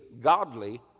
godly